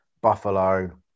Buffalo